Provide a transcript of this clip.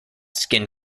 skin